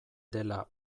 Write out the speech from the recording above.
dela